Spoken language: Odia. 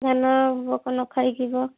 ଧାନ ପୋକ ନଖାଇଯିବ